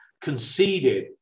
conceded